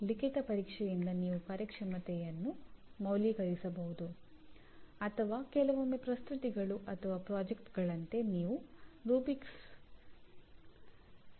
1990 ರಿಂದ ಕಾರ್ಯಕ್ರಮದ ಪರಿಣಾಮಗಳನ್ನು ಕೆಲವೊಮ್ಮೆ ಗ್ರಾಜುಯೇಟ್ ಆಟ್ರಿಬ್ಯೂಟ್ಸ್ ಎಂದು ಕರೆಯಲಾಗುತ್ತದೆ